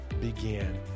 began